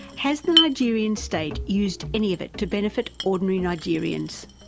has the nigerian state used any of it to benefit ordinary nigerians?